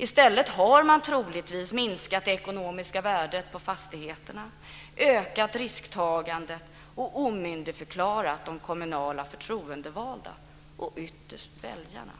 I stället har man troligtvis minskat det ekonomiska värdet på fastigheterna, ökat risktagandet och omyndigförklarat de kommunala förtroendevalda och ytterst väljarna.